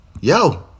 yo